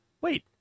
Wait